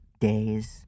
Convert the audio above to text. days